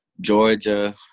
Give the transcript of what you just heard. Georgia